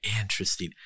Interesting